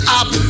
up